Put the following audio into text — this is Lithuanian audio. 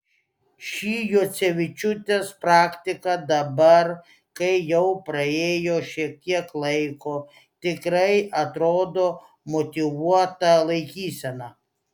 ši juocevičiūtės praktika dabar kai jau praėjo šiek tiek laiko tikrai atrodo motyvuota laikysena